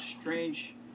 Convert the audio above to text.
strange